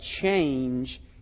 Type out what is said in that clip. change